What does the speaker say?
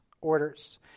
orders